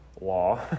law